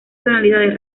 tonalidades